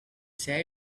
say